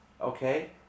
okay